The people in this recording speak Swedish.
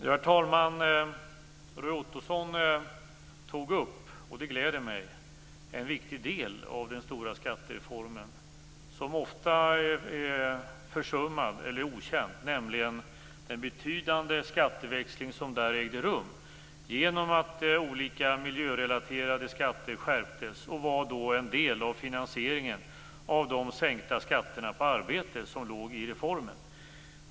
Herr talman! Roy Ottosson tog upp - och det gläder mig - en viktig del av den stora skattereformen, en del som är okänd eller ofta försummad, nämligen den betydande skatteväxling som ägde rum genom att olika miljörelaterade skatter skärptes. Detta var en del av finansieringen av de sänkta skatterna på arbete som låg i reformen.